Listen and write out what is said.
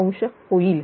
1° होईल